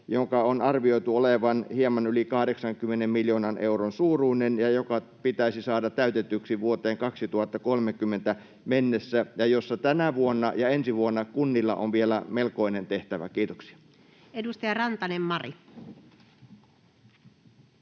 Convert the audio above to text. jonka on arvioitu olevan hieman yli 80 miljoonan euron suuruinen ja joka pitäisi saada täytetyksi vuoteen 2030 mennessä, missä tänä vuonna ja ensi vuonna kunnilla on vielä melkoinen tehtävä. — Kiitoksia. [Speech 38] Speaker: